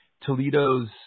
Toledo's